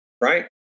right